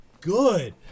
good